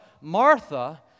Martha